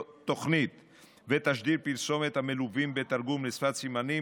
תוכנית ותשדיר פרסומת המלווים בתרגום לשפת סימנים,